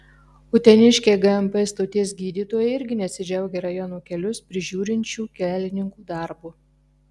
uteniškiai gmp stoties gydytojai irgi nesidžiaugia rajono kelius prižiūrinčių kelininkų darbu